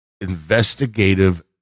Investigative